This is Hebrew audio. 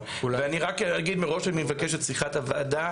אני רק אגיד מראש שאני מבקש את סליחת הוועדה,